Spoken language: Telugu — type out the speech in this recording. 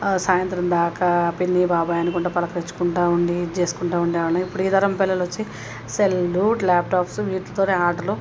సాయంత్రం దాకా పిన్ని బాబాయ్ అనుకుంటు పలకరించుకుంటు ఉండి ఇది చేసుకుంటు ఉండే వాళ్ళం ఇప్పుడు ఈ తరం పిల్లలు వచ్చి సెల్లు ల్యాప్ట్యాప్స్ వీటితో ఆటలు